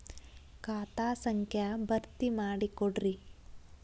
ಖಾತಾ ಸಂಖ್ಯಾ ಭರ್ತಿ ಮಾಡಿಕೊಡ್ರಿ